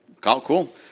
cool